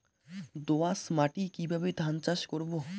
দোয়াস মাটি কিভাবে ধান চাষ করব?